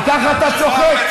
על כך אתה צוחק?